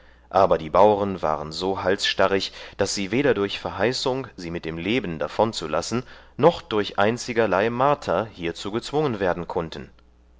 aber die bauren waren so halsstarrig daß sie weder durch verheißung sie mit dem leben davonzulassen noch durch einzigerlei marter hierzu gezwungen werden kunnten